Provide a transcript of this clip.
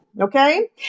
Okay